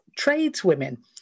tradeswomen